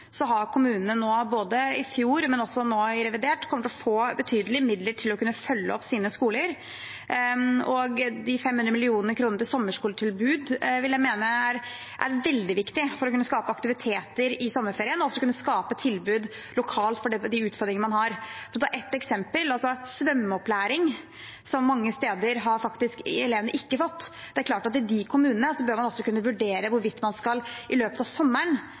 så ulikt ut, og også når vi ser at det er noen grupper som får langsiktige konsekvenser av en pandemi. Jeg synes det var mange interessante og gode punkter her. Det er helt åpenbart at på bevilgningssiden fikk kommunene i fjor – og de kommer også nå i revidert til å få – betydelige midler til å kunne følge opp sine skoler. De 500 mill. kr til sommerskoletilbud vil jeg mene er veldig viktig for å kunne skape aktiviteter i sommerferien og også kunne skape tilbud lokalt etter de utfordringene man har. Jeg skal ta ett eksempel: Svømmeopplæring har elevene mange steder faktisk